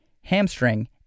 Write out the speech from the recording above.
hamstring